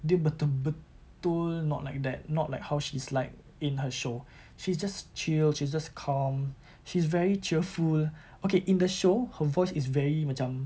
dia betul-betul not like that not like how she's like in her show she's just chill she's just calm she's very cheerful okay in the show her voice is very macam